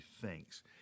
thinks